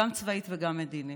גם צבאית וגם מדינית.